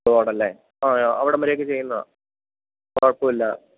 റോഡല്ലേ ആ അവിടംവരെയൊക്കെ ചെയ്യുന്നതാണ് കുഴപ്പമില്ല നമുക്ക്